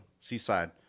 Seaside